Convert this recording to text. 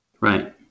Right